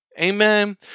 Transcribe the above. Amen